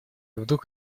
вдруг